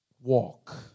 walk